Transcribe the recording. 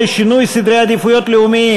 חברי הכנסת, בעד, 58, נגד, 44, אין נמנעים.